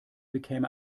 bekäme